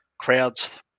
crowds –